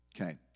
Okay